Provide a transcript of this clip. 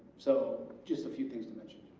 so just a few things to mention.